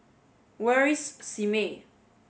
where is Simei